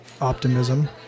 optimism